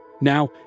Now